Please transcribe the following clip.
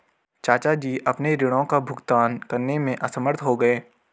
चाचा जी अपने ऋणों का भुगतान करने में असमर्थ हो गए